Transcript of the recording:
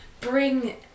bring